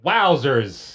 Wowzers